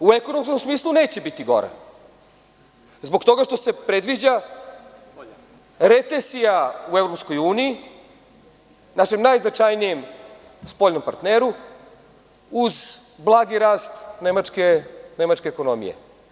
U ekonomskom smislu neće biti gore, zbog toga što se predviđa recesija u EU, našem najznačajnijem spoljnom partneru, uz blagi rast nemačke ekonomije.